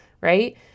right